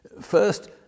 First